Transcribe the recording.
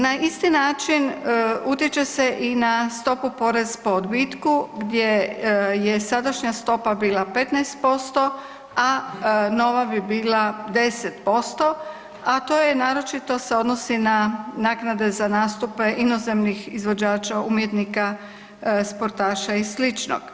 Na isti način utječe se i na stopu porez po odbitku gdje je sadašnja stopa bila 15%, a nova bi bila 10%, a to je naročito se odnosi na naknade za nastupe inozemnih izvođača, umjetnika, sportaša i sličnog.